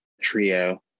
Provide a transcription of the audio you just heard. trio